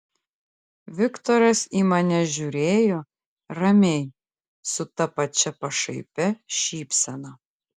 viktoras į mane žiūrėjo ramiai su ta pačia pašaipia šypsena